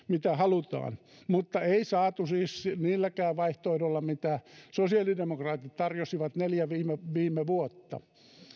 mitä halutaan mutta ei saatu siis niilläkään vaihtoehdoilla mitä sosiaalidemokraatit tarjosivat neljä viime viime vuotta